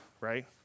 right